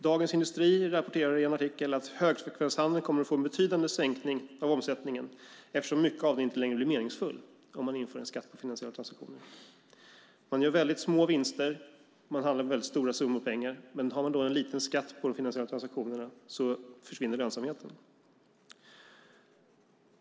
Dagens Industri rapporterar i en artikel: "Högfrekvenshandeln kommer att få en betydande sänkning av omsättningen eftersom mycket av den inte längre blir meningsfull" om man inför en skatt på finansiella transaktioner. Man gör väldigt små vinster och handlar med mycket stora summor pengar. Finns det då en liten skatt på de finansiella transaktionerna försvinner lönsamheten.